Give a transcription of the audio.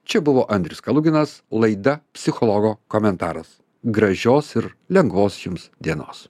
čia buvo andrius kaluginas laida psichologo komentaras gražios ir lengvos jums dienos